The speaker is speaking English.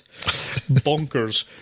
Bonkers